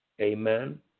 Amen